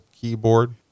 keyboard